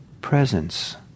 presence